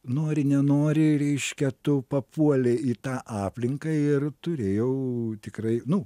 nori nenori reiškia tu papuoli į tą aplinką ir turėjau tikrai nu